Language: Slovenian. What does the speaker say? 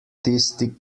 tisti